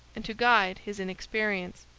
and to guide his inexperience.